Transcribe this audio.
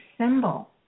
symbol